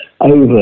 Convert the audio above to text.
over